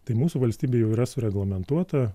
tai mūsų valstybėj jau yra sureglamentuota